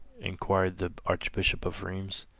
inquired the archbishop of rheims.